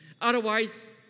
Otherwise